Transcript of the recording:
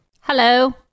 Hello